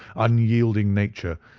unyielding nature,